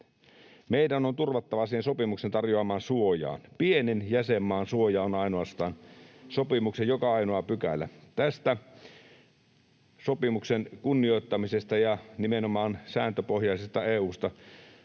Meidän on turvattava siihen sopimuksen tarjoamaan suojaan. Pienen jäsenmaan suoja on ainoastaan sopimuksen joka ainoa pykälä. Tästä sopimuksen kunnioittamisesta ja nimenomaan sääntöpohjaisesta EU:sta